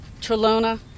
Trelona